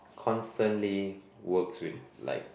constantly works with like